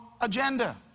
agenda